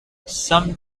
some